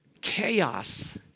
Chaos